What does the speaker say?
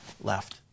left